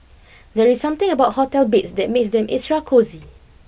there is something about hotel beds that makes them extra cosy